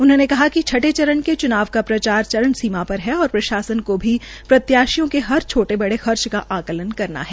उन्होंने कहा कि छठे चरण के चूनाव का प्रचार चरम सीमा है और प्रशासन को भी प्रत्याशियों के हर छोटे बड़े खर्च का आंकलन करना है